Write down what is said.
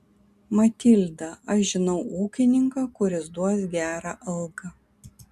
matilda aš žinau ūkininką kuris duos gerą algą